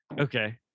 Okay